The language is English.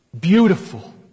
Beautiful